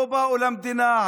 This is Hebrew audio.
לא באו למדינה.